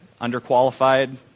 Underqualified